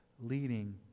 leading